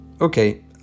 Okay